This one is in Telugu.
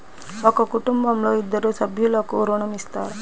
ఒక కుటుంబంలో ఇద్దరు సభ్యులకు ఋణం ఇస్తారా?